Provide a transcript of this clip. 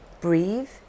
breathe